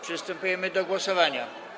Przystępujemy do głosowania.